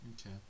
Okay